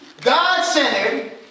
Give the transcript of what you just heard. God-centered